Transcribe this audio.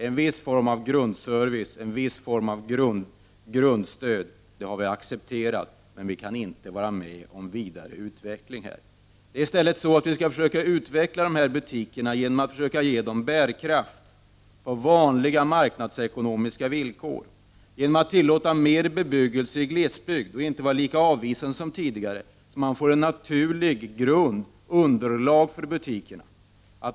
En viss form av grundservice och grundstöd har vi moderater accepterat, men vi kan inte vara med om en vidare utveckling i detta sammanhang. I stället skall man försöka utveckla dessa butiker genom att ge dem bärkraft på vanliga marknadsekonomiska villkor, genom att tillåta mer bebyggelse i glesbygd och inte vara lika avvisande som tidigare. Då får man en naturlig grund, ett naturligt underlag, för butikerna.